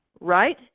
right